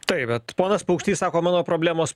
taip bet ponas paukštys sako mano problemos